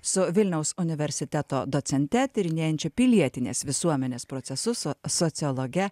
su vilniaus universiteto docente tyrinėjančia pilietinės visuomenės procesus su sociologe